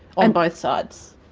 on both sides.